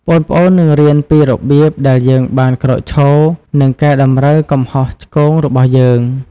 ប្អូនៗនឹងរៀនពីរបៀបដែលយើងបានក្រោកឈរ និងកែតម្រូវកំហុសឆ្គងរបស់យើង។